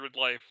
life